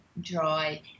dry